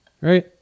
right